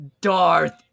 Darth